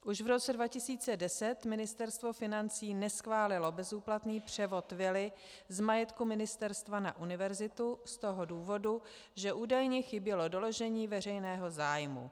Už v roce 2010 Ministerstvo financí neschválilo bezúplatný převod vily z majetku ministerstva na univerzitu z toho důvodu, že údajně chybělo doložení veřejného zájmu.